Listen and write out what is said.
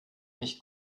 nicht